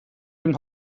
dem